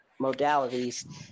modalities